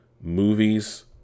movies